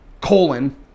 colon